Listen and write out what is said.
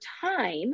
time